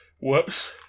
Whoops